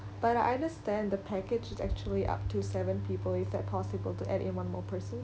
but I understand the package is actually up to seven people is that possible to add in one more person